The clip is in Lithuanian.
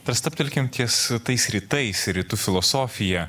tad stabtelkim ties tais rytais rytų filosofija